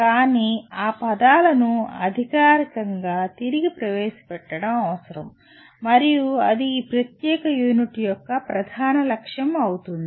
కానీ ఆ పదాలను అధికారికంగా తిరిగి ప్రవేశపెట్టడం అవసరం మరియు అది ఈ ప్రత్యేక యూనిట్ యొక్క ప్రధాన లక్ష్యం అవుతుంది